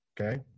Okay